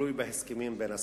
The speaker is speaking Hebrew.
תלוי בהסכמים בין הסיעות.